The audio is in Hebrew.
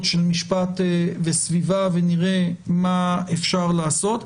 של משפט וסביבה ונראה מה אפשר לעשות.